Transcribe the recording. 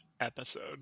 episode